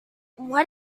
what